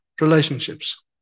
relationships